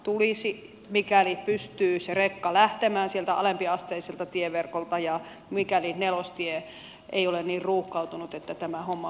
tulisi mikäli pystyy se rekka lähtemään sieltä alempiasteiselta tieverkolta ja mikäli nelostie ei ole niin ruuhkautunut että tämä homma onnistuu